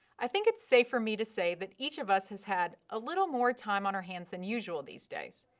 i think it's safe for me to say that each of us has had a little more time on our hands than usual these days.